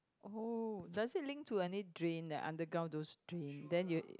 oh does it link to any drain like underground those drain then you